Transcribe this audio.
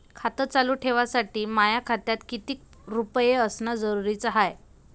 खातं चालू ठेवासाठी माया खात्यात कितीक रुपये असनं जरुरीच हाय?